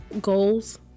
goals